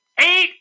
Eight